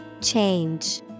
Change